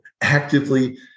actively